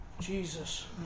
Jesus